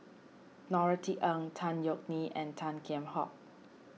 Norothy Ng Tan Yeok Nee and Tan Kheam Hock